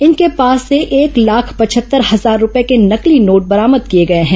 इनके पास से एक लाख पचहत्तर हजार रूपये के नकली नोट बरामद किए गए हैं